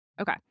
Okay